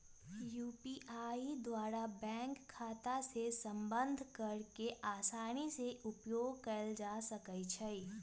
UPI द्वारा bank खता के संबद्ध कऽ के असानी से उपयोग कयल जा सकइ छै